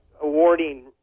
awarding